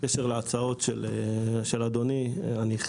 בקשר להצעות של אדוני היו"ר,